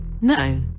no